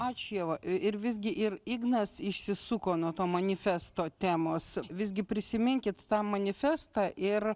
ačiū ieva ir visgi ir ignas išsisuko nuo to manifesto temos visgi prisiminkit tą manifestą ir